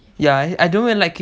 ya I don't really like it